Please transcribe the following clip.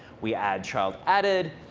we add child added.